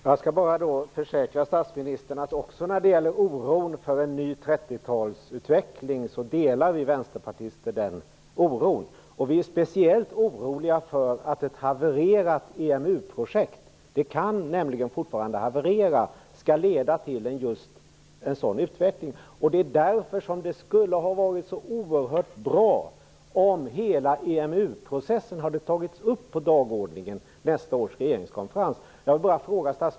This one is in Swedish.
Fru talman! Jag skall försäkra statsministern att vi vänsterpartister delar oron för en ny 30 talsutveckling. Vi är speciellt oroliga för att ett havererat EMU-projekt - det kan nämligen fortfarande haverera - skall leda till en sådan utveckling. Det är därför det skulle ha varit så oerhört bra om hela EMU-processen hade tagits upp på dagordningen vid nästa års regeringskonferens.